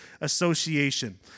association